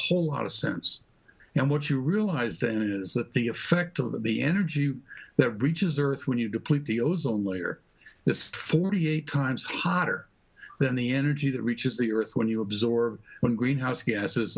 whole lot of sense and what you realize then is that the effect of the energy that reaches the earth when you deplete the ozone layer is forty eight times hotter than the energy that reaches the earth when you absorb one greenhouse gases